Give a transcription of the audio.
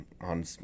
on